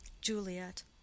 Juliet